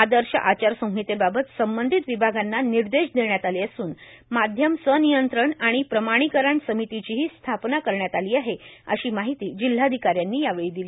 आदर्श आचार संहितेबाबत संबंधित विभागांना निर्देश देण्यात आले असून माध्यम सनियंत्रण आणि प्रणानिकरण समितीचीही स्थापना करण्यात आली आहे अशी माहिती जिल्हाधिकाऱ्यांनी यावेळी दिली